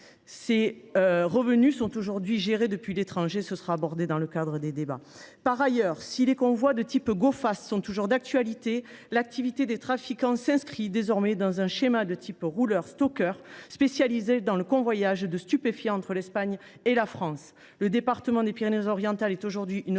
Ces revenus sont aujourd’hui gérés depuis l’étranger ; nous y reviendrons dans la discussion des articles. Par ailleurs, si les convois de type sont toujours d’actualité, l’activité des trafiquants s’inscrit désormais dans un schéma de type « rouleurs stockeurs » spécialisé dans le convoyage de stupéfiants entre l’Espagne et la France. Le département des Pyrénées Orientales est aujourd’hui une